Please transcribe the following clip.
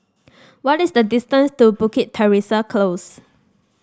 what is the distance to Bukit Teresa Close